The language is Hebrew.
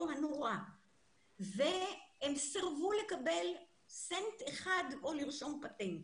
הנורא והם סירבו לקבל סנט אחד או לרשום פטנט.